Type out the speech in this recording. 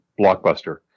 blockbuster